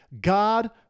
God